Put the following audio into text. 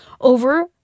over